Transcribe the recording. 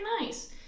nice